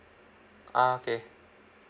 ah okay